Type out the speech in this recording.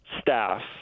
Staff